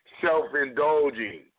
self-indulging